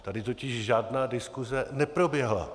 Tady totiž žádná diskuse neproběhla.